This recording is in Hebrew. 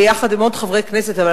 ביחד עם חבר הכנסת דאז דדי צוקר,